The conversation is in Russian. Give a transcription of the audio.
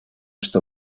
что